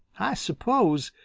i suppose,